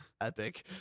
epic